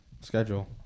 schedule